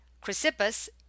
chrysippus